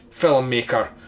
filmmaker